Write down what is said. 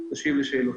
נשיב לשאלות.